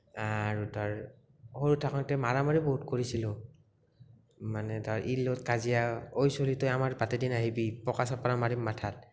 আৰু তাৰ সৰু থাকোঁতে মাৰা মাৰি বহুত কৰিছিলোঁ মানে তাৰ ইৰ লগত কাজিয়া ঐ ছলি তই আমাৰ বাটেদি নাহিবি পকা চপৰা মাৰিম মাথাত